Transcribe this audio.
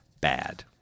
bad